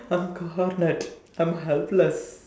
I'm cornered I'm helpless